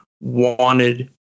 wanted